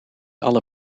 alle